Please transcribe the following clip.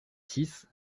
six